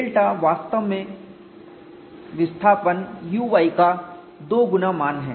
delta वास्तव में विस्थापन uy का दो गुना मान है